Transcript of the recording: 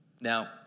Now